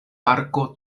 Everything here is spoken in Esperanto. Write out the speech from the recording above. parko